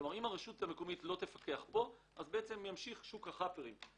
אם הרשות המקומית לא תפקח, ימשיך שוק החאפרים.